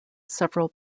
several